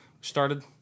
started